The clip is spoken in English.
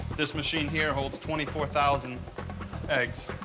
this machine here holds twenty four thousand eggs.